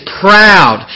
proud